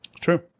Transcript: True